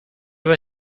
were